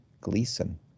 Gleason